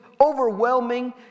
overwhelming